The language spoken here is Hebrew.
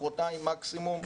מחרתיים מקסימום,